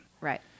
Right